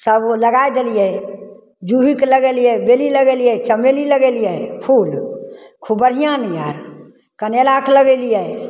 सब ओ लगै देलिए जूहीके लगेलिए बेली लगेलिए चमेली लगेलिए फूल खूब बढ़िआँ नियर कनैलाके लगेलिए